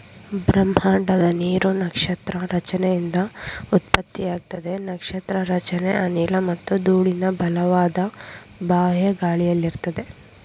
ಬ್ರಹ್ಮಾಂಡದ ನೀರು ನಕ್ಷತ್ರ ರಚನೆಯಿಂದ ಉತ್ಪತ್ತಿಯಾಗ್ತದೆ ನಕ್ಷತ್ರ ರಚನೆ ಅನಿಲ ಮತ್ತು ಧೂಳಿನ ಬಲವಾದ ಬಾಹ್ಯ ಗಾಳಿಯಲ್ಲಿರ್ತದೆ